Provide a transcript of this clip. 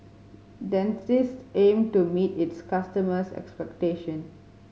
Dentiste aim to meet its customers' expectation